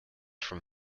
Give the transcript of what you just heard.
from